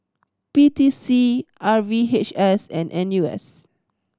P T C R V H S and N U S